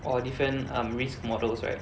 or different um risk models right